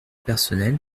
personnel